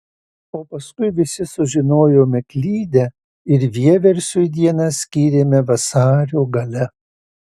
o paskui visi sužinojome klydę ir vieversiui dieną skyrėme vasario gale